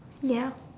ya